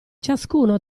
ciascuno